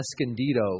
Escondido